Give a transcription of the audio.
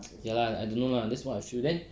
ya lah I don't know lah that's how I feel ah then